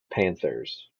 panthers